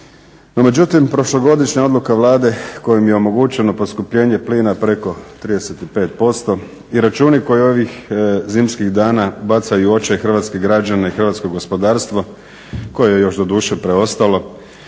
međutim prošlogodišnja odluka Vlade kojom je omogućeno poskupljenje plina preko 35% i računi koji ovih zimskih dana bacaju u očaj hrvatske građane, hrvatske gospodarstvo koje je još doduše preostalo,